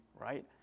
right